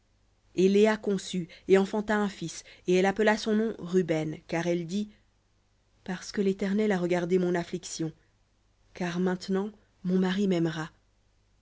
et léa conçut et enfanta un fils et elle appela son nom ruben car elle dit parce que l'éternel a regardé mon affliction car maintenant mon mari m'aimera